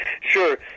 Sure